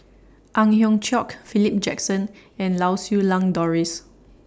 Ang Hiong Chiok Philip Jackson and Lau Siew Lang Doris